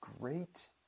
great